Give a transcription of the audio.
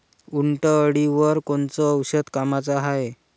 उंटअळीवर कोनचं औषध कामाचं हाये?